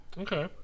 okay